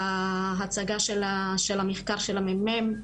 בהצגת המחקר של המ"מ,